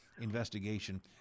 investigation